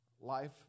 life